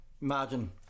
Margin